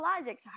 logic